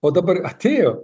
o dabar atėjo